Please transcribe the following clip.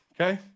okay